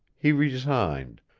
he resigned,